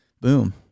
boom